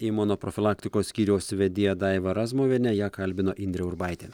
imunoprofilaktikos skyriaus vedėja daiva razmuvienė ją kalbino indrė urbaitė